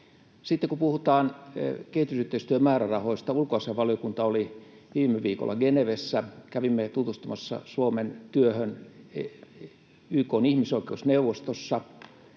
Kun puhutaan kehitysyhteistyömäärärahoista: Ulkoasiainvaliokunta oli viime viikolla Genevessä. Kävimme tutustumassa Suomen työhön YK:n ihmisoikeusneuvostossa,